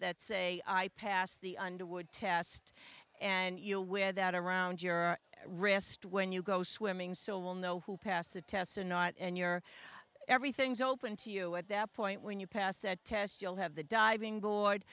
that say i passed the underwood test and you'll wear that around your wrist when you go swimming so will know who passed the test or not and your everything's open to you at that point when you pass that test you'll have the diving board